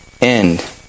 end